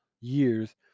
years